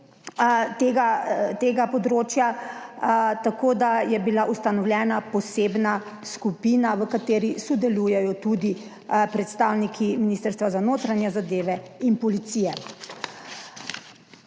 tega področja, tako da je bila ustanovljena posebna skupina, v kateri sodelujejo tudi predstavniki ministrstva za notranje zadeve in policije.